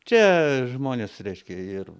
čia žmonės reiškia ir